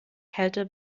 kälte